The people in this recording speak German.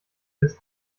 des